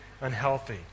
unhealthy